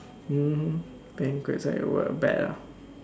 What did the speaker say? mmhmm banquets ah it w~ bad ah